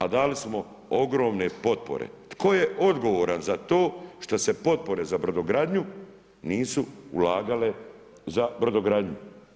A dali smo ogromne potpore, tko je odgovoran za to, što se potpore za brodogradnju nisu ulagale za brodogradnju?